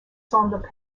semblent